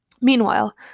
Meanwhile